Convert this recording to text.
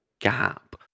gap